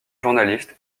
journaliste